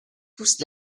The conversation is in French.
pousse